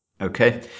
Okay